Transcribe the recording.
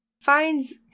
Finds